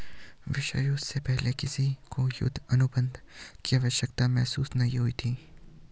विश्व युद्ध से पहले किसी को युद्ध अनुबंध की आवश्यकता महसूस नहीं हुई थी